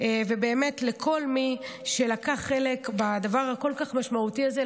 ולכל מי שלקח חלק בדבר הכל-כך משמעותי הזה,